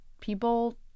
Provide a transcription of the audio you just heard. people